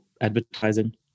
advertising